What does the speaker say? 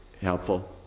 helpful